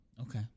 Okay